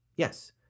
Yes